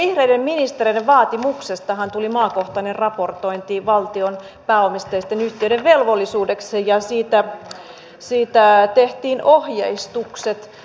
juuri vihreiden ministereiden vaatimuksestahan tuli maakohtainen raportointi valtion pääomisteisten yhtiöiden velvollisuudeksi ja siitä tehtiin ohjeistukset